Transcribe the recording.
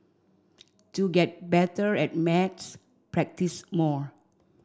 to get better at maths practise more